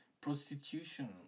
prostitution